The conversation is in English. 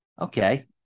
Okay